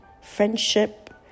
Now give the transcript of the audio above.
friendship